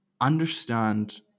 understand